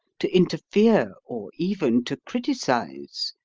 to interfere, or even to criticise.